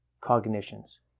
cognitions